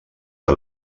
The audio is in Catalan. que